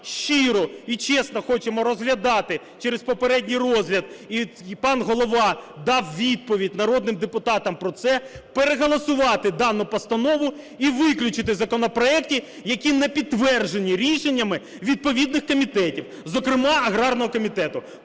щиро і чесно хочемо розглядати через попередній розгляд, і пан голова дав відповідь народним депутатам про це, переголосувати дану постанову і виключити законопроекти, які підтверджені рішеннями відповідних комітетів, зокрема аграрного комітету.